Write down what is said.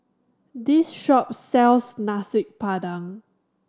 this shop sells Nasi Padang